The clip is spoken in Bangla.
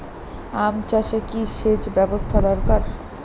আম চাষে কি সেচ ব্যবস্থা দরকার?